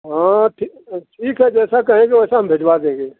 हाँ ठी ठीक है जैसा कहेंगे वैसा हम भिजवा देंगे